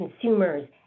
consumers